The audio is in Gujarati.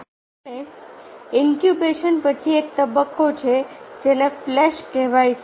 અને ઇન્ક્યુબેશન પછી એક તબક્કો છે જેને ફ્લેશ કહેવાય છે